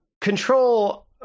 Control